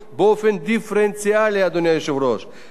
המבחין בין רשויות מקומיות נטולות מענק